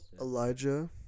elijah